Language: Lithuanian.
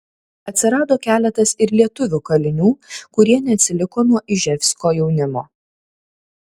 atsirado keletas ir lietuvių kalinių kurie neatsiliko nuo iževsko jaunimo